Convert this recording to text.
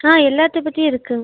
ஆ எல்லாத்த பற்றியும் இருக்குது